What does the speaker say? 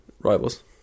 Rivals